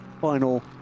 final